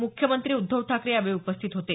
मुख्यमंत्री उद्धव ठाकरे यावेळी उपस्थित होते